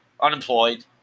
unemployed